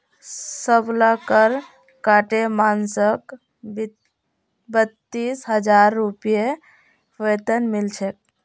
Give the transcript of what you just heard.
सबला कर काटे मानसक बत्तीस हजार रूपए वेतन मिल छेक